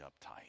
uptight